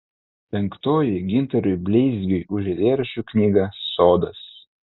penktoji gintarui bleizgiui už eilėraščių knygą sodas